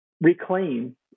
reclaim